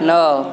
ନଅ